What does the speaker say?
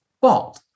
Bald